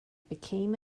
became